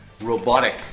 robotic